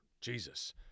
Jesus